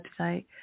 website